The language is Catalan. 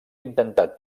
intentat